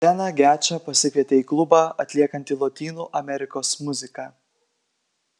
steną gečą pasikvietė į klubą atliekantį lotynų amerikos muziką